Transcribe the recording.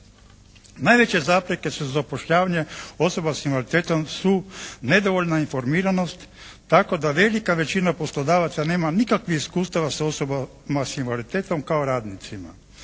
Najveće zapreke sa zapošljavanjem osoba s invaliditetom su nedovoljna informiranost tako da velika većina poslodavaca nema nikakvih iskustava sa osobama s invaliditetom kao radnicima.